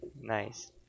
Nice